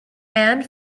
and